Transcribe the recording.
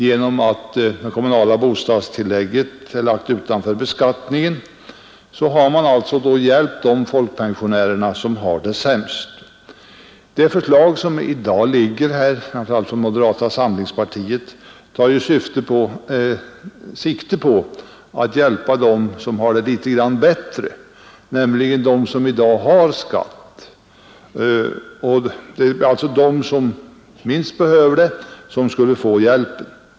Genom att det kommunala bostadstillägget är lagt utanför beskattningen har man då hjälpt de folkpensionärer som har det sämst. Förslagen i denna fråga, främst de från moderata samlingspartiet, tar ju sikte på att hjälpa dem som har det något bättre, nämligen de som i dag har skatt. Det skulle alltså vara de som minst behöver det som skulle få hjälp.